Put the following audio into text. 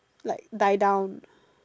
like die down